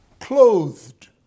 clothed